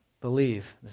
believe